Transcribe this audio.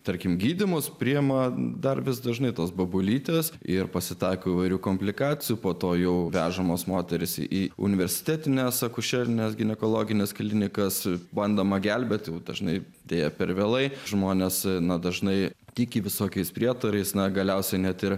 tarkim gydymus prie man dar vis dažnai tos bobulytės ir pasitaiko įvairių komplikacijų po to jau vežamos moterys į universitetines akušerines ginekologines klinikas bandoma gelbėti ir dažnai deja per vėlai žmonės gana dažnai tiki visokiais prietarais na galiausiai net ir